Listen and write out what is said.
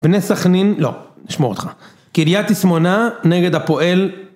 בני סכנין, לא, נשמור אותך, קריית שמונה נגד הפועל